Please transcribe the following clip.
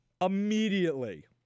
immediately